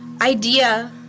idea